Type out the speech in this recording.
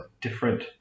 different